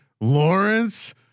Lawrence